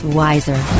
wiser